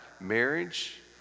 marriage